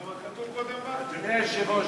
אדוני היושב-ראש,